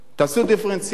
תעשו דיפרנציאלי,